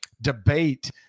debate